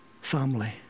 Family